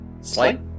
Slight